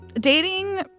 dating